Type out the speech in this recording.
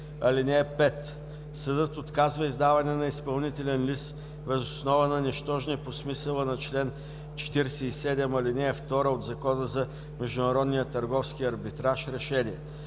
5: „ (5) Съдът отказва издаване на изпълнителен лист въз основа на нищожни по смисъла на чл. 47, ал. 2 от Закона за международния търговски арбитраж решения“.